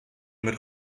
mit